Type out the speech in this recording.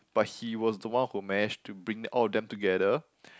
but he was the one who managed to bring all of them together